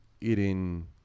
eating